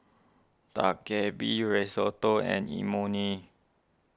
Dak Galbi Risotto and Imoni